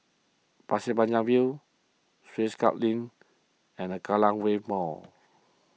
Pasir Panjang View Swiss Club Link and Kallang Wave Mall